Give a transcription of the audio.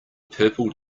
purple